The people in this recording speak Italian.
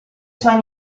suoi